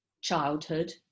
childhood